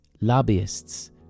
lobbyists